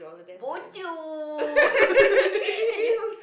bo-jio